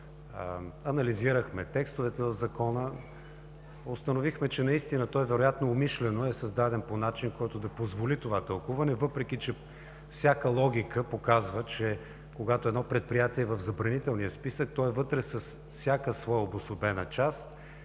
анализирахме текстовете в Закона. Установихме, че той наистина, вероятно умишлено е създаден по начин, който да позволи това тълкуване, въпреки че всяка логика показва, че когато едно предприятие е в забранителния списък, то е вътре с всяка своя обособена част.